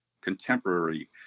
contemporary